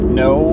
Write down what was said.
no